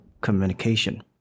communication